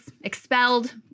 expelled